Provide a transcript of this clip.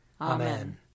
Amen